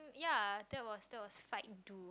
ya that was that was fight dual